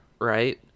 right